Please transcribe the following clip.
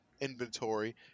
inventory